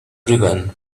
everyone